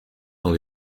dans